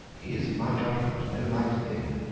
is, in my judgment, no light thing.